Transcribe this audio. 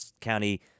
County